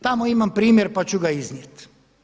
Tamo imam primjer pa ću ga iznijeti.